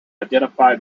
identify